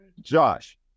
Josh